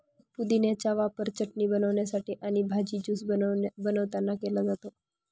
पुदिन्याचा वापर चटणी बनवण्यासाठी आणि भाजी, ज्यूस बनवतांना केला जातो